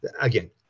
again